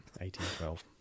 1812